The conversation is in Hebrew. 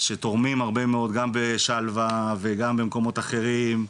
שתורמים הרבה מאוד גם בשלווה וגם במקומות אחרים,